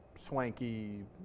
swanky